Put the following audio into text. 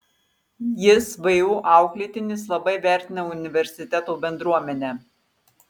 jis vu auklėtinis labai vertina universiteto bendruomenę